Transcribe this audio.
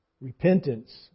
repentance